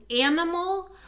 animal